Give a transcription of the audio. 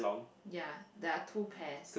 ya there're two pears